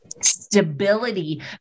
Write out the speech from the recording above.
stability